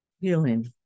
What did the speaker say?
healing